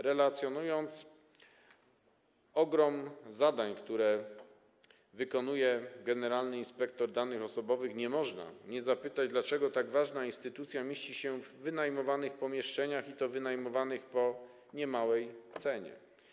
Relacjonując ogrom zadań, które wykonuje generalny inspektor danych osobowych, nie można nie zapytać, dlaczego tak ważna instytucja mieści się w wynajmowanych pomieszczeniach - i to wynajmowanych po niemałej cenie.